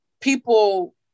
people